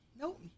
Nope